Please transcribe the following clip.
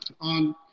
on